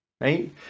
right